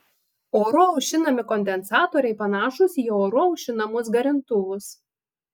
oru aušinami kondensatoriai panašūs į oru aušinamus garintuvus